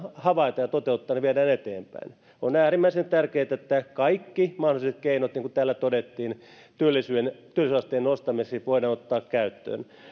havaita tätä toteutettaessa tätä viedään eteenpäin on äärimmäisen tärkeää että kaikki mahdolliset keinot niin kuin täällä todettiin työllisyysasteen nostamiseksi voidaan ottaa käyttöön